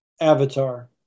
Avatar